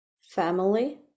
family